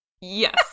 Yes